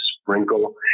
sprinkle